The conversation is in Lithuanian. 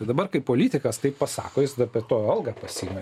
o dabar kai politikas taip pasako jis tą be to algą pasiima